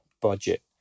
budget